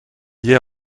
hier